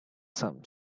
some